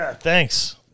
thanks